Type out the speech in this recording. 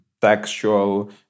textual